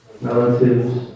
relatives